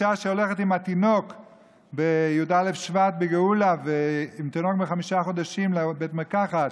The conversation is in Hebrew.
אישה שהולכת בי"א בשבט בגאולה עם תינוק בן חמישה חודשים לבית מרקחת,